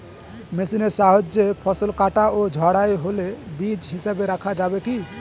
মেশিনের সাহায্যে ফসল কাটা ও ঝাড়াই হলে বীজ হিসাবে রাখা যাবে কি?